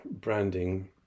branding